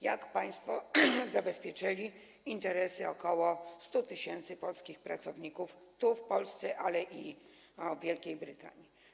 Jak państwo zabezpieczyli interesy ok. 100 tys. polskich pracowników tu, w Polsce, ale i w Wielkiej Brytanii?